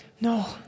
No